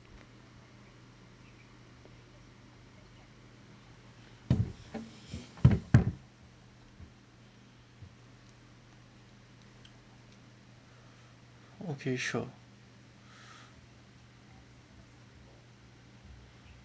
okay sure